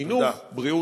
תודה.